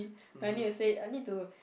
apparently it said I need to say I need to